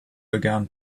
began